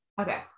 Okay